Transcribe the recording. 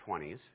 20s